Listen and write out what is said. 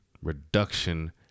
Reduction